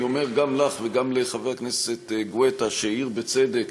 אני אומר גם לך וגם לחבר הכנסת גואטה, שהעיר בצדק